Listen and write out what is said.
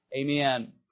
Amen